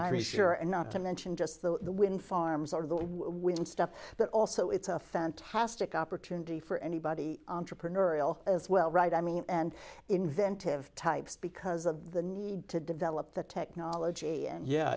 irish here and not to mention just the wind farms are the when stuff but also it's a fantastic opportunity for anybody entrepreneurial as well right i mean and inventive types because of the need to develop the technology and yeah